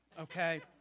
okay